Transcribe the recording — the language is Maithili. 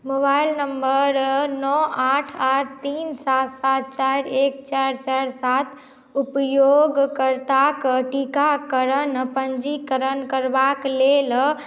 मोबाइल नम्बर नओ आठ आठ तीन सात सात चारि एक चारि चारि सात उपयोग कर्ताक टीकाकरण पञ्जीकरण करबाक लेल